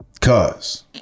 Cause